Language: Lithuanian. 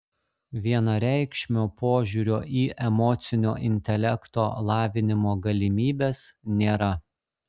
vienareikšmio požiūrio į emocinio intelekto lavinimo galimybes nėra